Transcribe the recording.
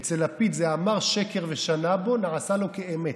אצל לפיד זה אמר שקר ושנה בו, נעשה לו כאמת.